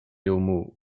homo